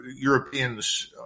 Europeans